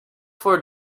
for